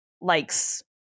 likes